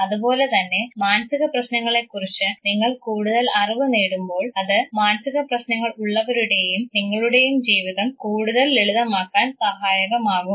അതുപോലെതന്നെ മാനസിക പ്രശ്നങ്ങളെക്കുറിച്ച് നിങ്ങൾ കൂടുതൽ അറിവു നേടുമ്പോൾ അത് മാനസികപ്രശ്നങ്ങൾ ഉള്ളവരുടെയും നിങ്ങളുടേയും ജീവിതം കൂടുതൽ ലളിതമാക്കാൻ സഹായകമാകും